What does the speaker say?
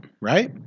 right